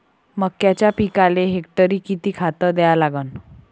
मक्याच्या पिकाले हेक्टरी किती खात द्या लागन?